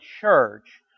church